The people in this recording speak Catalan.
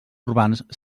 urbans